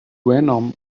venom